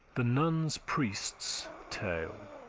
the nun's priest's tale